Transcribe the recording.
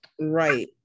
Right